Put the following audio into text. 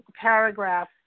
paragraph